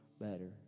better